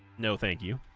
no thank you